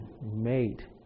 made